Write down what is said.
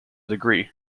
degree